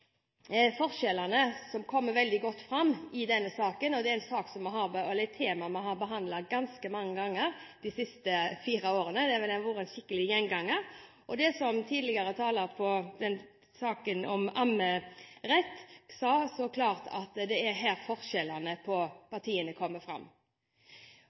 forskjellene, som kommer veldig godt fram i denne saken, i dette temaet som vi har behandlet ganske mange ganger de siste fire årene. Det har vært en skikkelig gjenganger. Og det er som tidligere talere i saken om ammerett sa så klart, at det er her forskjellene på partiene kommer fram.